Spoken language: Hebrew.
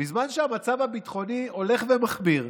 בזמן שהמצב הביטחוני הולך ומחמיר,